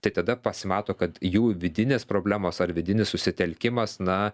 tai tada pasimato kad jų vidinės problemos ar vidinis susitelkimas na